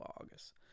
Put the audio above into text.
August